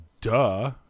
Duh